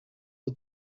for